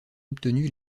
obtenu